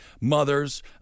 mothers